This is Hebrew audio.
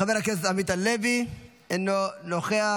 חבר הכנסת עמית הלוי, אינו נוכח.